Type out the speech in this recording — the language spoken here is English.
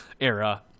era